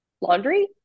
laundry